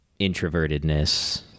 introvertedness